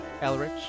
Elrich